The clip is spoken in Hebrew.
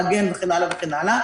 מגן וכן הלאה.